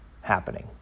happening